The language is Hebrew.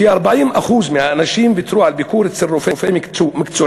ש-40% מהאנשים ויתרו על ביקור אצל רופא מקצועי,